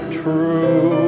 true